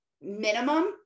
minimum